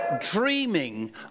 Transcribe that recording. dreaming